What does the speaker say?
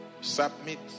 Submit